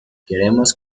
queremos